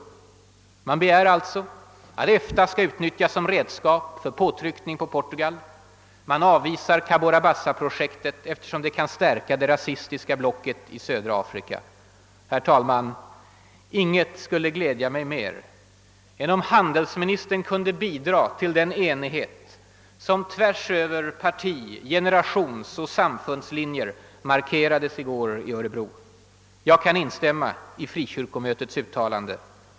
Man begär alltså att EFTA skall utnyttjas som redskap för påtryckning på Portugal. Man avvisar Cabora Bassa-projektet, eftersom det kan stärka det vita rasistiska blocket i södra Afrika. Inget skulle glädja mig mer än om handelsministern kunde bidra till den enighet som tvärs över parti-, generationsoch samfundslinjer markerades i Örebro. Jag kan för min del instämma i frikyrkomötets uttalande.